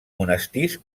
monestirs